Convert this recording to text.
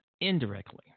indirectly